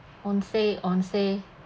onsen onsen